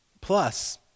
Plus